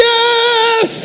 Yes